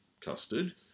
custard